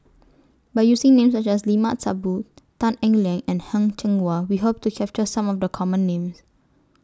By using Names such as Limat Sabtu Tan Eng Liang and Heng Cheng Hwa We Hope to capture Some of The Common Names